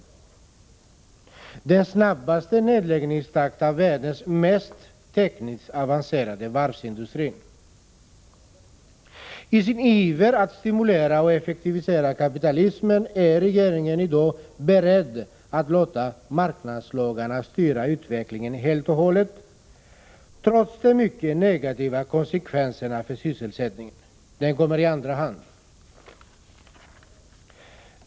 Den snal as e nej läggnings' akten har alltså världens åtgärder i Uddetekniskt mest avancerade varvsindustri. p vallaregionen I sin iver att stimulera och effektivisera kapitalismen är regeringen i dag beredd att låta marknadslagarna helt och hållet styra utvecklingen, trots de mycket negativa konsekvenserna för sysselsättningen; den kommer i andra hand.